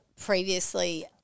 previously